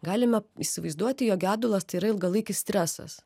galime įsivaizduoti jog gedulas tai yra ilgalaikis stresas